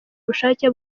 ubushake